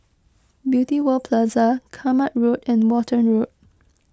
Beauty World Plaza Kramat Road and Walton Road